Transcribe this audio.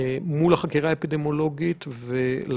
מול החקירה האפידמיולוגית, כדי